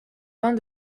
rang